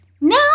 now